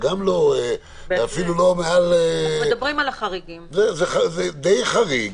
זה די חריג.